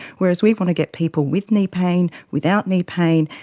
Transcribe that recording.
whereas we want to get people with knee pain, without knee pain,